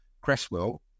Cresswell